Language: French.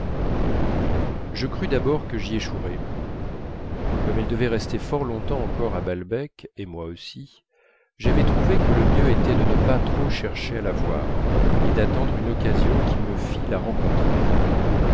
je crus d'abord que j'y échouerais comme elle devait rester fort longtemps encore à balbec et moi aussi j'avais trouvé que le mieux était de ne pas trop chercher à la voir et d'attendre une occasion qui me fît la rencontrer